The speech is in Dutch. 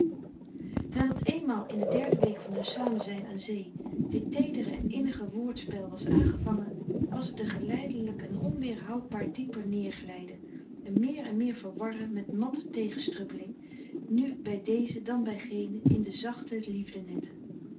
nadat eenmaal in de derde week van hun samenzijn aan zee dit teedere en innige woordspel was aangevangen was het een geleidelijk en onweerhoudhaar dieper neerglijden een meer en meer verwarren met matte tegenstrubbeling nu bij deze dan bij genen in de zachte